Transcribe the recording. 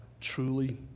truly